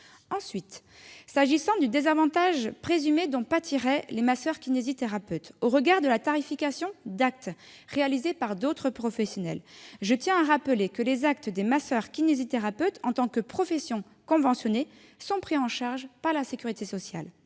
Ensuite, s'agissant du désavantage présumé dont pâtiraient les masseurs-kinésithérapeutes au regard de la tarification d'actes réalisés par d'autres professionnels, je tiens à rappeler que les actes des masseurs-kinésithérapeutes, en tant que profession conventionnée, sont pris en charge par la sécurité sociale.